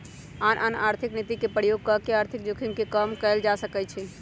आन आन आर्थिक नीति के प्रयोग कऽ के आर्थिक जोखिम के कम कयल जा सकइ छइ